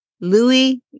Louis